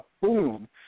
boom